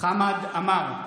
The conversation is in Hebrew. חמד עמאר,